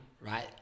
right